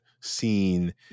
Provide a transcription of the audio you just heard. seen